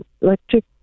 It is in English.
electric